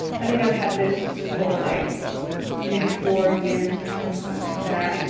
i think i've had this for like maybe four years or something like that,